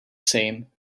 same